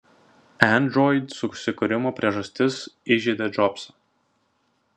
android susikūrimo priežastis įžeidė džobsą